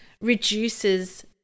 reduces